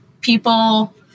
people